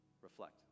Reflect